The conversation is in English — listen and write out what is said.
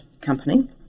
company